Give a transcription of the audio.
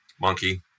monkey